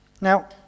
now